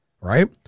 Right